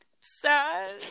sad